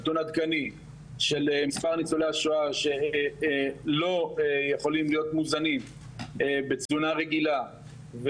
נתון עדכני של מספר ניצולי השואה שלא יכולים להיות מוזנים בתזונה רגילה,